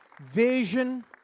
Vision